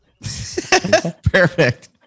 Perfect